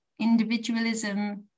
individualism